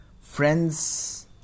Friends